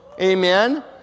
Amen